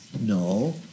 No